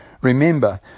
Remember